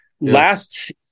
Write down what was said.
last